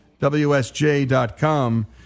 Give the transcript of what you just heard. wsj.com